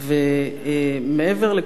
מעבר לכל זה,